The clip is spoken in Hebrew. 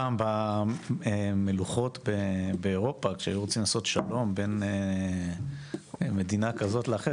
פעם במלוכות באירופה שהיו רוצים לעשות שלום בין מדינה כזאת לאחרת,